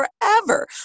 forever